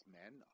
men